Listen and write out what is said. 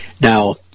Now